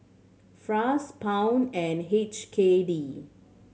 Franc Pound and H K D